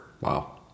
Wow